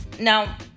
Now